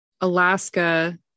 Alaska